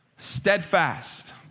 Steadfast